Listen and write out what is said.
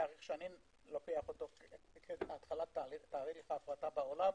התאריך שאני לוקח אותו כתחילת תהליך ההפרטה בעולם,